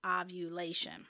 ovulation